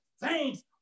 thanks